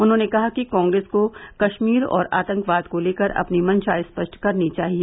उन्होंने कहा कि कॉग्रेस को कश्मीर और आतंकवाद को लेकर अपनी मंशा स्पष्ट करनी चाहिए